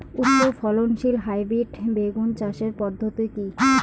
উচ্চ ফলনশীল হাইব্রিড বেগুন চাষের পদ্ধতি কী?